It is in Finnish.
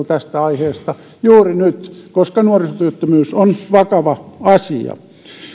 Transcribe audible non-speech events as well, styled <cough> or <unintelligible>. <unintelligible> tästä aiheesta juuri nyt koska nuorisotyöttömyys on vakava asia